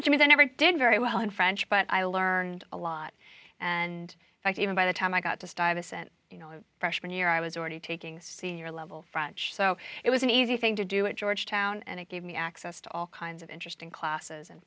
they never did very well in french but i learned a lot and like even by the time i got to stuyvesant you know freshman year i was already taking senior level so it was an easy thing to do it georgetown and it gave me access to all kinds of interesting classes